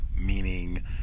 meaning